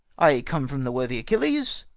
i come from the worthy achilles